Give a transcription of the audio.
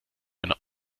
einer